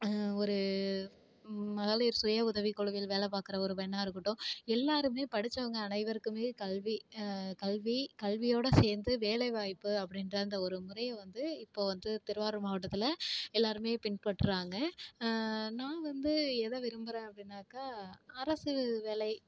ஒரு மகளிர் சுய உதவிக் குழுவில் வேலை பார்க்கிற ஒரு பெண்ணாக இருக்கட்டும் எல்லோருமே படித்தவங்க அனைவருக்குமே கல்வி கல்வி கல்வியோடு சேர்ந்து வேலைவாய்ப்பு அப்படின்ற அந்த ஒரு முறையை வந்து இப்போ வந்து திருவாரூர் மாவட்டத்தில் எல்லோருமே பின்பற்றுறாங்க நான் வந்து எதை விரும்புகிறேன் அப்படின்னாக்கா அரசு வேலை